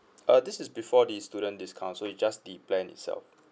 uh this is before the student discount so it's just the plan itself